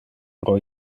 pro